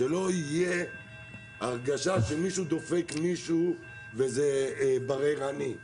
שלא תהיה הרגשה שמישהו דופק מישהו וזה בררני.